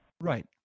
Right